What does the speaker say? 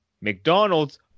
McDonald's